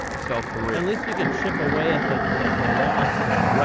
sell three. at least we could chip away at the the loss there. right.